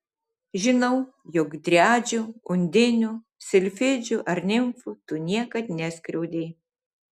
žinau jog driadžių undinių silfidžių ar nimfų tu niekad neskriaudei